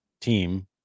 team